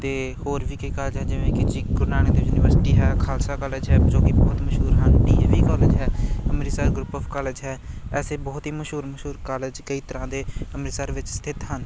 ਅਤੇ ਹੋਰ ਵੀ ਕਈ ਕਾਲਜ ਹੈ ਜਿਵੇਂ ਕਿ ਜੀ ਗੁਰੂ ਨਾਨਕ ਦੇਵ ਯੂਨੀਵਰਸਿਟੀ ਹੈ ਖਾਲਸਾ ਕਾਲਜ ਹੈ ਜੋ ਕਿ ਬਹੁਤ ਮਸ਼ਹੂਰ ਹਨ ਡੀ ਏ ਵੀ ਕੋਲਜ ਹੈ ਅੰਮ੍ਰਿਤਸਰ ਗਰੁੱਪ ਆਫ ਕਾਲਜ ਹੈ ਐਸੇ ਬਹੁਤ ਹੀ ਮਸ਼ਹੂਰ ਮਸ਼ਹੂਰ ਕਾਲਜ ਕਈ ਤਰ੍ਹਾਂ ਦੇ ਅੰਮ੍ਰਿਤਸਰ ਵਿੱਚ ਸਥਿਤ ਹਨ